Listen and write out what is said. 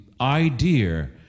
Idea